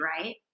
right